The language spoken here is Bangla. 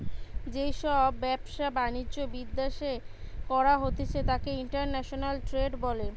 যেই ব্যবসা বাণিজ্য বিদ্যাশে করা হতিস তাকে ইন্টারন্যাশনাল ট্রেড বলে